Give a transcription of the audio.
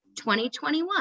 2021